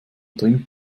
trinken